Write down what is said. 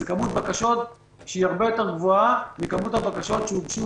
זו כמות בקשות הרבה יותר גבוהה מכמות הבקשות שהוגשו